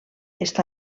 està